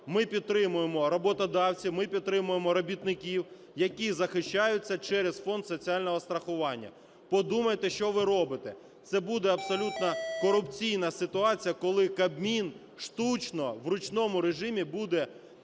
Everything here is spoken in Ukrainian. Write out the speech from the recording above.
Ми підтримуємо роботодавців, ми підтримуємо робітників, які захищаються через Фонд соціального страхування. Подумайте, що ви робите. Це буде абсолютно корупційна ситуація, коли Кабмін штучно в ручному режимі буде